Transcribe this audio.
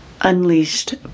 unleashed